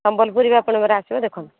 ସମ୍ବଲପୁରୀ ବି ଆପଣଙ୍କର ଆସିବ ଆପଣ ଦେଖନ୍ତୁ